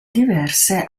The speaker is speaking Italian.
diverse